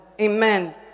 Amen